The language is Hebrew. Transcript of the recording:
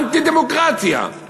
אנטי-דמוקרטיה.